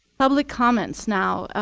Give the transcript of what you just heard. public comments now.